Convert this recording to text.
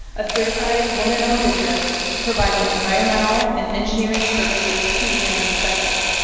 a certified woman-owned business providing environmental and engineering services to the energy sector.